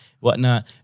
whatnot